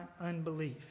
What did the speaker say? unbelief